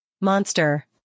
Monster